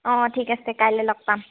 অঁ ঠিক আছে কাইলৈ লগ পাম